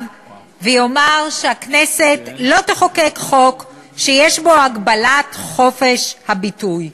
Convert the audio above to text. ויאמר שהכנסת לא תחוקק חוק שיש בו הגבלת חופש הביטוי,